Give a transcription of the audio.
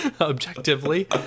objectively